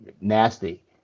nasty